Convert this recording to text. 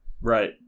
Right